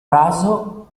raso